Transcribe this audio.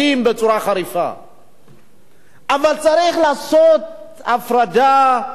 אבל צריך לעשות הפרדה בין איש ציבור אחראי